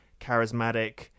charismatic